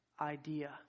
idea